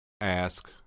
Ask